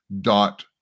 dot